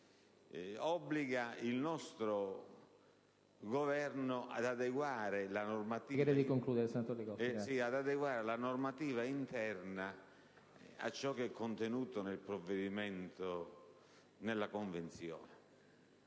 obbliga il nostro Governo ad adeguare la normativa interna a ciò che è contenuto nella Convenzione.